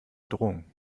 drohung